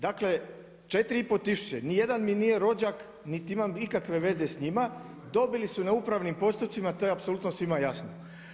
Dakle 4,5 tisuće, nijedan mi nije rođak, niti imam ikakve veze s njima dobili su na upravnim postupcima, to je apsolutno svima jasno.